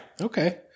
Okay